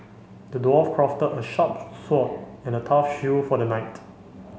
the dwarf crafted a sharp sword and a tough shield for the knight